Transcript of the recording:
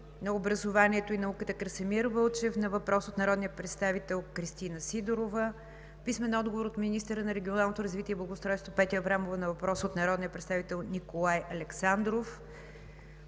на образованието и науката Красимир Вълчев на въпрос от народния представител Кристина Сидорова; - министъра на регионалното развитие и благоустройството Петя Аврамова на въпрос от народния представител Николай Александров;